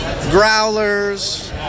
growlers